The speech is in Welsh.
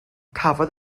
cafodd